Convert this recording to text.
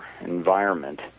environment